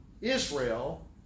Israel